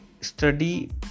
study